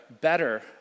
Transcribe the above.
better